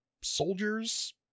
soldiers